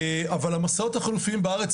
אבל המסעות החלופיים בארץ,